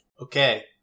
Okay